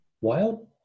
wild